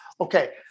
okay